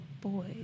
boy